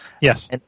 Yes